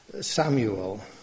Samuel